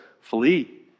flee